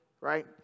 right